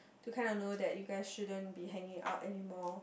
to kind of know that you guys shouldn't be hanging out anymore